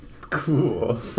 cool